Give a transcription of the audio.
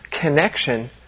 connection